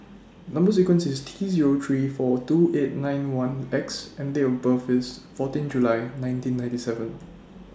Number sequence IS T Zero three four two eight nine one X and Date of birth IS fourteen July nineteen ninety seven